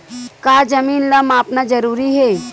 का जमीन ला मापना जरूरी हे?